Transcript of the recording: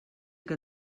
que